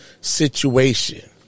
situation